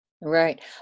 Right